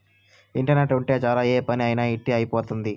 internet ఉంటే చాలు ఏ పని అయినా ఇట్టి అయిపోతుంది